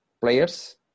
players